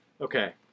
Okay